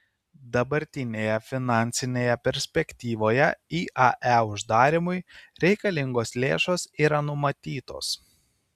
dabartinėje finansinėje perspektyvoje iae uždarymui reikalingos lėšos yra numatytos